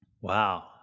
Wow